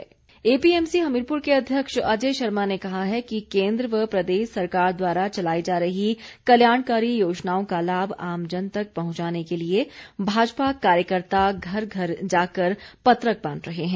Ajay Sharma APMC Hamirpur के अध्यक्ष अजय शर्मा ने कहा है कि केन्द्र व प्रदेश सरकार द्वारा चलाई जा रही कल्याणकारी योजनाओं का लाभ आमजन तक पहुंचाने के लिए भाजपा कार्यकर्ता घर घर जाकर पत्रक बांट रहे हैं